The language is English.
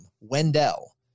Wendell